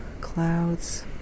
clouds